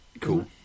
cool